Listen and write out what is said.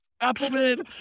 Appleman